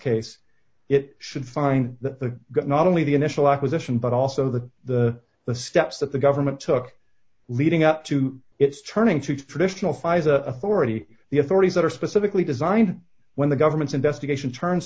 case it should find the good not only the initial acquisition but also the the the steps that the government took leading up to its turning to traditional phase a already the authorities that are specifically designed when the government's investigation turns